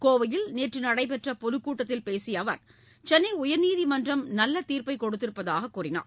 கோவையில் நேற்று நடைபெற்ற பொதுக்கூட்டத்தில் பேசிய அவர் சென்னை உயர்நீதிமன்றம் நல்ல தீர்ப்பை கொடுத்திருப்பதாக கூறினார்